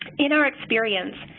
in our experience,